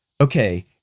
okay